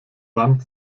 wand